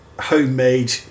homemade